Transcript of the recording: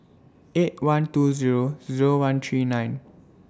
eight one two Zero Zero one three nine